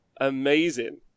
Amazing